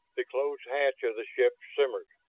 the closed hatch of the ship shimmered,